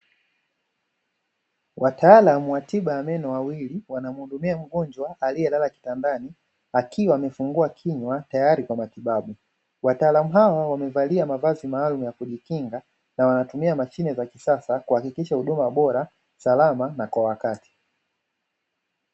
Wataalamu wa tiba meno wawili wanamhudumia mgonjwa aliyelala kitandani akiwa amefungua kinywa tayari kwa matibabu. Wataalamu hao wamevalia mavazi maalum ya kujikinga na wanatumia mashine za kisasa kuhakikisha huduma bora salama na kwa wakati.